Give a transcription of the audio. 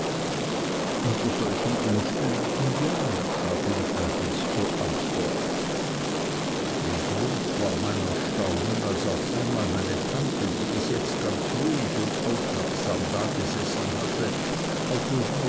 unter solchen umständen ja gab ihm traddles zur antwort wie groß war mein erstaunen als auf einmal meine tante die bis jetzt ganz ruhig und aufmerksam dagesessen hatte auf